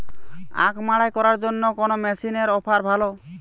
আখ মাড়াই করার জন্য কোন মেশিনের অফার ভালো?